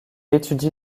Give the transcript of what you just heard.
étudie